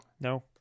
no